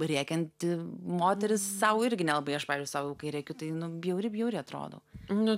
rėkianti moteris sau irgi nelabai aš pavyzdžiui sau kai rėkiu tai nu bjauri bjauri atrodau nu